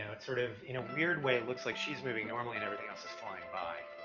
it's sort of, in a weird way, it looks like she's moving normally and everything else is flying by.